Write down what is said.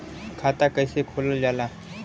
खाता कैसे खोलल जाला?